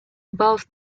above